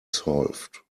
solved